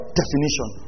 definition